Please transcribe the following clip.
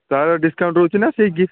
ତା'ର ଡିସକାଉଣ୍ଟ୍ ରହୁଛି ନା ସେହି ଗି